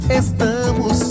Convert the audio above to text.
estamos